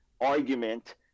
argument